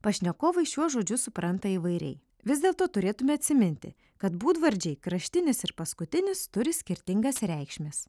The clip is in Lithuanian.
pašnekovai šiuos žodžius supranta įvairiai vis dėlto turėtume atsiminti kad būdvardžiai kraštinis ir paskutinis turi skirtingas reikšmes